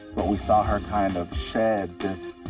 but we saw her kind of shed this,